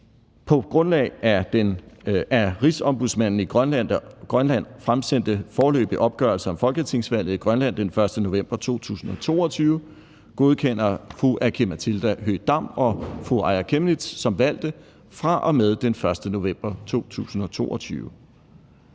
på grundlag af den af Rigsombudsmanden i Grønland fremsendte foreløbige opgørelse af folketingsvalget i Grønland den 1. november 2022 godkender fru Aki-Matilda Høegh-Dam og fru Aaja Chemnitz som valgte fra og med den 1. november 2022.